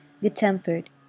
good-tempered